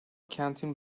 kentin